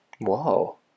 Whoa